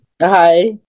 Hi